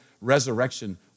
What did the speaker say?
resurrection